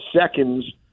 seconds